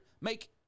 Make